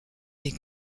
des